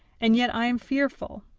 and yet i am fearful.